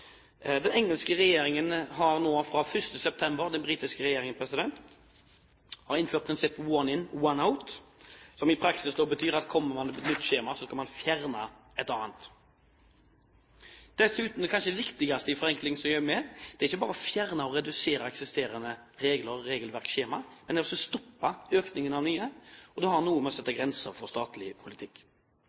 Den britiske regjeringen har fra 1. september innført prinsippet «one in, one out», som i praksis betyr at kommer man med et nytt skjema, skal man fjerne et annet. Dessuten, og kanskje det viktigste i forenklingsøyemed, det er ikke bare å fjerne eller redusere eksisterende regler og regelverksskjema, man må også stoppe økningen av nye. Det har noe med å sette grenser for statlig politikk